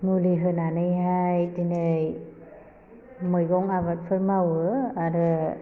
मुलि होनानैहाय दिनै मैगं आबादफोर मावो आरो